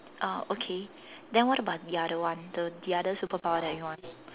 uh okay then what about the other one the the other superpower that you want